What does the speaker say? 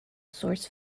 source